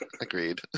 Agreed